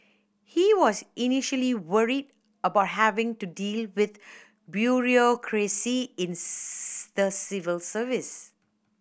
he was initially worried about having to deal with bureaucracy in the civil service